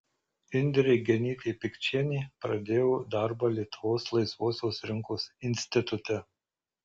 indrė genytė pikčienė pradėjo darbą lietuvos laisvosios rinkos institute